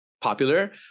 popular